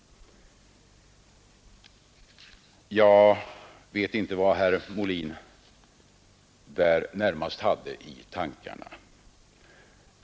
Jag vet inte vad herr Molin därvid närmast hade i tankarna.